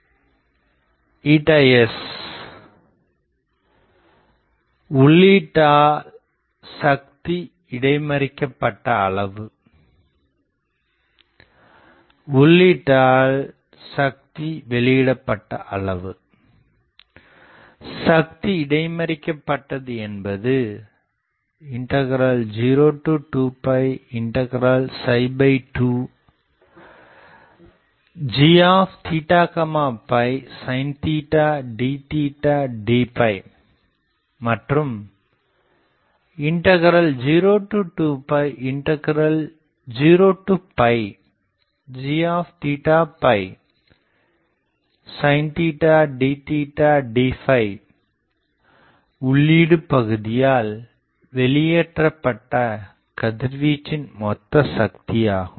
sரிப்ளேக்டரால் சக்தி இடைமறிக்கப்பட்டதுஉள்ளீட்டிலிருந்து வெளிப்படும் மொத்த சக்தி சக்தி இடைமறிக்கப்பட்டது என்பது 0202g sin d d மற்றும் 020g sin d d உள்ளீடு பகுதியால் வெளியேற்றப்பட்ட கதிர்வீச்சின் மொத்த சக்தி ஆகும்